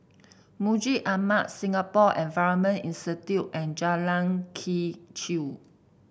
Masjid Ahmad Singapore Environment Institute and Jalan Quee Chew